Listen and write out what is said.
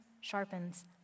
sharpens